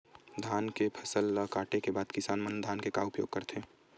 धान के फसल ला काटे के बाद किसान मन धान के का उपयोग करथे?